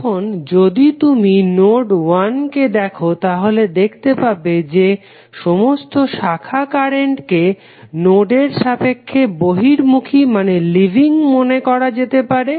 এখন যদি তুমি নোড 1 কে দেখো তাহলে দেখতে পাবে যে সমস্ত শাখা কারেন্টকে নোডের সাপেক্ষে বহির্মুখী মনে করা যেতে পারে